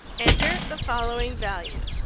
enter the following values